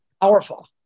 powerful